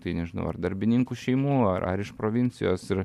tai nežinau ar darbininkų šeimų ar ar iš provincijos ir